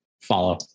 Follow